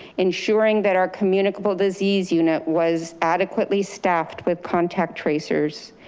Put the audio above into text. ensuring that our communicable disease unit was adequately staffed with contact tracers,